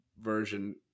version